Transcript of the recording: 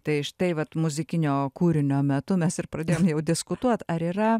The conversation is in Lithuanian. tai štai vat muzikinio kūrinio metu mes ir pradėjom jau diskutuot ar yra